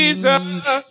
Jesus